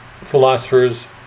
philosophers